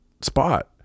spot